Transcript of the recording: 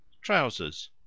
Trousers